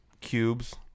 cubes